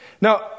Now